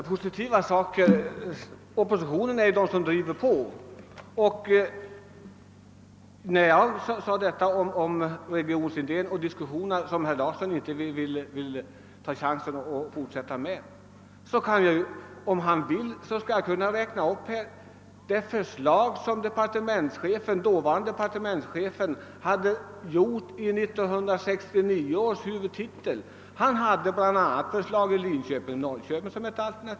Herr talman! Herr Larsson i Umeå nämnde konkreta åtgärder. Oppositionen är ju den som driver på. Jag nämnde diskussionerna om regionindelningen, som herr Larsson i Umeå inte ville ta chansen att fortsätta. Jag kan emellertid räkna upp de förslag som dåvarande departementschefen hade framlagt i 1969 års huvudtitel. Han hade bl.a. föreslagit Linköping—Norrköping som ett alternativ.